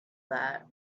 that